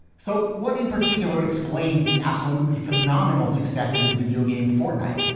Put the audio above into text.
so what in particular explains the absolutely phenomenal success of his videogame fortnight?